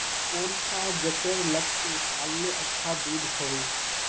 कौन सा जतेर लगते पाल्ले अच्छा दूध होवे?